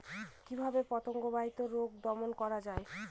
কিভাবে পতঙ্গ বাহিত রোগ দমন করা যায়?